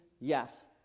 Yes